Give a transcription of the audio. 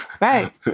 Right